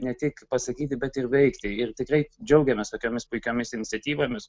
ne tik pasakyti bet ir veikti ir tikrai džiaugiamės tokiomis puikiomis iniciatyvomis